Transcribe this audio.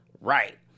right